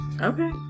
okay